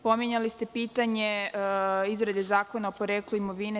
Pominjali ste pitanje izrade zakona o poreklu imovine.